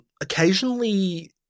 occasionally